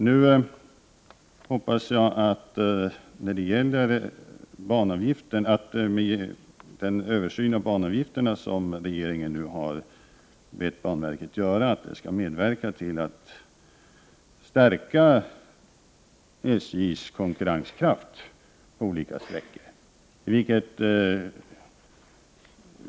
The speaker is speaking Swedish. Nu hoppas jag att den översyn av banavgifterna, som regeringen nu har bett banverket göra, skall medverka till att stärka SJ:s konkurrenskraft på olika sträckor.